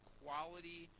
quality